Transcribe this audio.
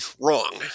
wrong